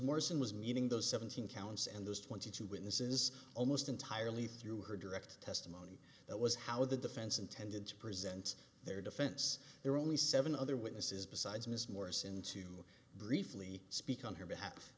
morrison was meeting those seventeen counts and those twenty two witnesses almost entirely through her direct testimony that was how the defense intended to present their defense there were only seven other witnesses besides ms morris into briefly speak on her behalf